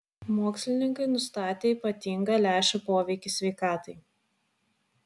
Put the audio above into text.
mokslininkai nustatė ypatingą lęšių poveikį sveikatai